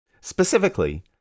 Specifically